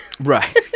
Right